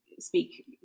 speak